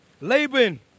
Laban